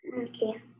Okay